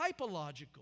typological